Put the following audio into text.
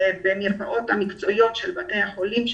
במרפאות המקצועיות של בתי החולים,